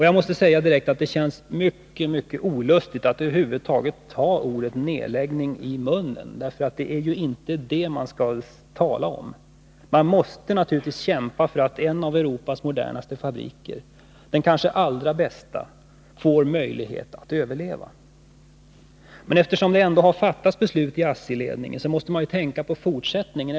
Jag måste säga direkt: Det känns mycket olustigt att över huvud taget ta ordet nedläggning i min mun. Det är ju inte detta man skall tala om. Man måste naturligtvis kämpa för att en av Europas modernaste fabriker, den kanske allra bästa, får möjlighet att överleva. Men eftersom det ändå fattats ett beslut i ASSI-ledningen måste man tänka på fortsättningen.